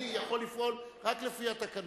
אני יכול לפעול רק לפי התקנון,